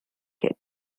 get